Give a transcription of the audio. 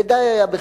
ודי היה בכך.